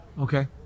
Okay